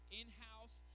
in-house